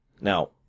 Now